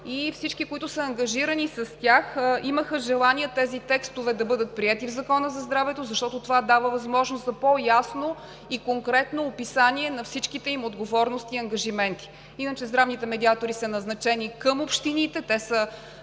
всички, които са ангажирани с тях, имаха желание тези текстове да бъдат приети в Закона за здравето, защото това дава възможност за по-ясно и конкретно описание на всичките им отговорности и ангажименти. Здравните медиатори иначе са назначени към общините, те са